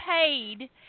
paid